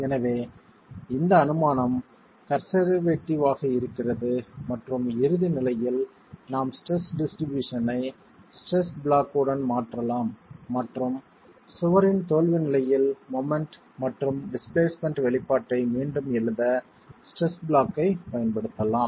எனவே இந்த அனுமானம் கன்சர்வேட்டிவ் ஆக இருக்கிறது மற்றும் இறுதி நிலையில் நாம் ஸ்ட்ரெஸ் டிஸ்ட்ரிபியூஷன் ஐ ஸ்ட்ரெஸ் பிளாக் உடன் மாற்றலாம் மற்றும் சுவரின் தோல்வி நிலையில் மொமெண்ட் மற்றும் டிஸ்பிளேஸ்மென்ட் வெளிப்பாட்டை மீண்டும் எழுத ஸ்ட்ரெஸ் பிளாக் ஐப் பயன்படுத்தலாம்